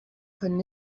können